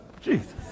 Jesus